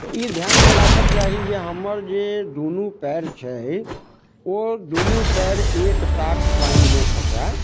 तऽ ई ध्यानमे राखऽके चाही जे हमर जे दुनू पएर छै ओ दुनू पएर एक साथ पानिमे खसै